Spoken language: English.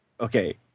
Okay